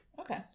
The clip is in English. Okay